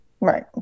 right